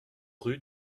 rue